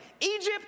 Egypt